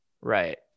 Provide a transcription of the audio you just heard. right